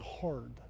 hard